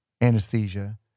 anesthesia